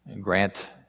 Grant